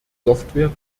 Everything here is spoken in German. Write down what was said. software